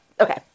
okay